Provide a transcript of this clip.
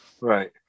Right